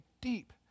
deep